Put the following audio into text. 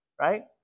right